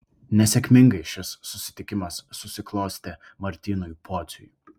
nesėkmingai šis susitikimas susiklostė martynui pociui